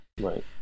Right